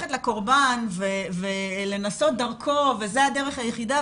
ללכת לקורבן ולנסות דרכו וזה הדרך היחידה,